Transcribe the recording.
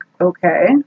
okay